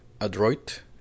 adroit